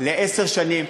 לעשר שנים.